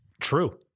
True